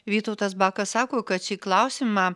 vytautas bakas sako kad šį klausimą